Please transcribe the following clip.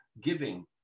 giving